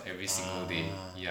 ah